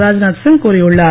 ராஜ்நாத் சிங் கூறியுள்ளார்